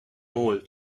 all